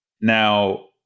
Now